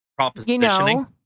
propositioning